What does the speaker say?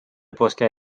после